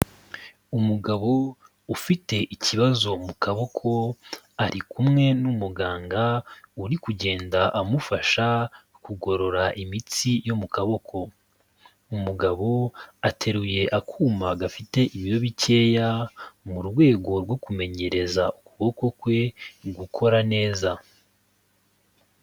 Umugabo ufite ikibazo mu kaboko ari kumwe n'umuganga uri kugenda amufasha kugorora imitsi yo mu kaboko. Umugabo ateruye akuma gafite ibiro bikeya mu rwego rwo kumenyereza ukuboko kwe gukora neza.